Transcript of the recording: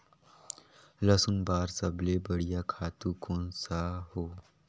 लसुन बार सबले बढ़िया खातु कोन सा हो?